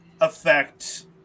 affect